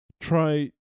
try